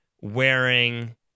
wearing